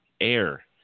air